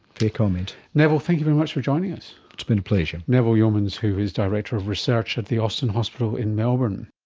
comment. neville, thank you very much for joining us. it's been a pleasure. neville yeomans who is director of research at the austin hospital in melbourne